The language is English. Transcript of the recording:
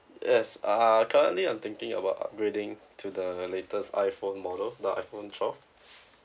yes err currently I'm thinking about upgrading to the latest iPhone model the iPhone twelve